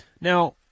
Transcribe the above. Now